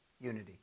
unity